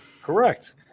correct